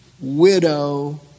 widow